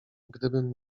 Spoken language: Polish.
gdybym